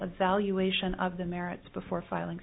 evaluation of the merits before filing